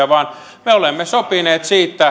vaan me olemme sopineet